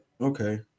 okay